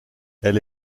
elle